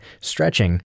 Stretching